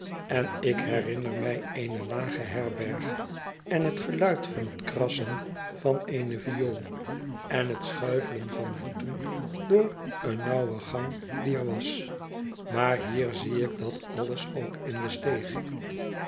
en ik herinner mij eene lage herberg en het geluid van het krassen van eene viool en het schuifelen van voeten door een nauwe gang die er was maar hier zie ik dat alles ook in de steeg